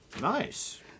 Nice